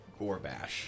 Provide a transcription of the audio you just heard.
Gorbash